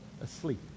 asleep